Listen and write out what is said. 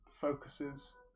focuses